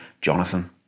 Jonathan